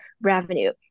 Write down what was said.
revenue